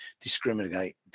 discriminate